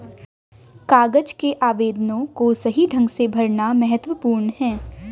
कागज के आवेदनों को सही ढंग से भरना महत्वपूर्ण है